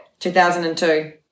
2002